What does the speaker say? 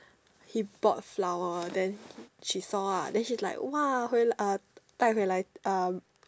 he bought flower then she saw lah then she is like !wah! 回来：hui lai uh 带回来 uh